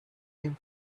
him